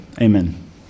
Amen